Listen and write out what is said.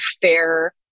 fair